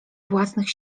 własnych